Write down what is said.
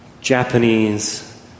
Japanese